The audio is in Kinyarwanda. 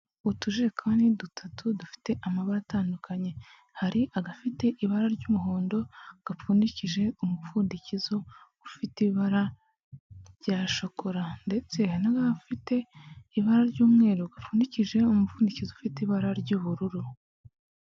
Utujekani dutatu dufite amabara atandukanye, hari agafite ibara ry'umuhondo gapfundikije umupfundikizo ufite ibara rya shokora ndetse n'agafite ibara ry'umweru gapfundikije umupfundikizo ufite ibara ry'ubururu.